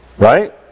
Right